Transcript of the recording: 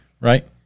Right